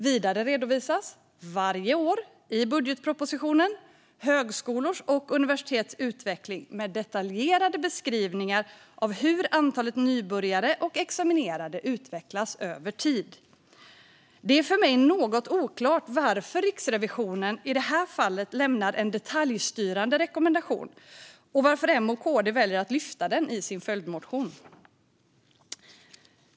Vidare redovisas varje år i budgetpropositionen högskolors och universitets utveckling med detaljerade beskrivningar av hur antalet nybörjare och examinerade utvecklas över tid. Det är för mig något oklart varför Riksrevisionen i den här fallet lämnar en detaljstyrande rekommendation och varför M och KD väljer att lyfta upp den i sin följdmotion.